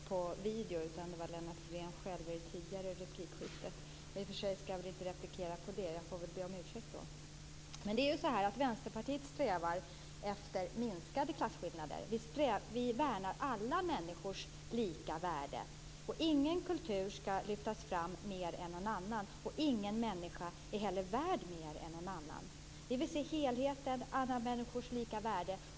Fru talman! Det var inte jag som kom in på video, utan det var Lennart Fridén själv i det tidigare replikskiftet. I och för sig skall jag väl inte replikera på det. Jag får väl be om ursäkt. Vänsterpartiet strävar efter minskade klasskillnader. Vi värnar alla människors lika värde. Ingen kultur skall lyftas fram mer än någon annan och ingen människa är heller värd mer än någon annan. Vi vill se helheter, alla människors lika värde.